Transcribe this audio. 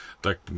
Tak